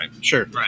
Sure